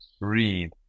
read